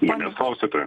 manęs klausiate